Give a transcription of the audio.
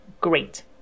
great